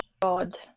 God